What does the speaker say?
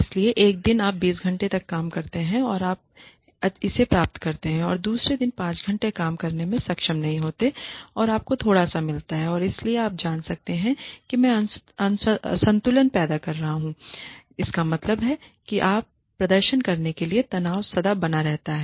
इसलिए एक दिन आप 20 घंटे काम करते हैं और आप इसे प्राप्त करते हैं और दूसरे दिन आप 5 घंटे काम करने में सक्षम नहीं होते हैं और आपको थोड़ा सा मिलता है और इसलिए आप जान सकते हैं कि मैं असंतुलन पैदा कर सकता हूं इसका मतलब है कि यह आप पर प्रदर्शन करने के लिए तनाव सदा बना रहता है